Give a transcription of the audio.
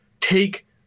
take